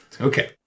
Okay